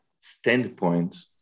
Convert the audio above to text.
standpoint